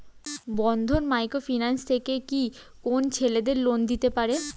বন্ধন micro finance থেকে কি কোন ছেলেদের লোন দিতে পারে?